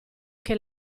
che